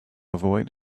avoid